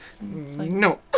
No